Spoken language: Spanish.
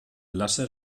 láser